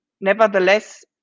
Nevertheless